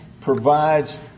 provides